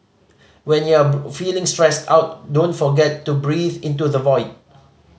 when you are feeling stressed out don't forget to breathe into the void